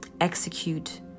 execute